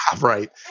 Right